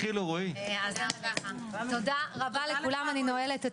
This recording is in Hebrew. תודה רבה לכולם, אני נועלת את הישיבה.